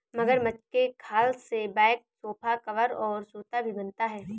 मगरमच्छ के खाल से बैग सोफा कवर और जूता भी बनता है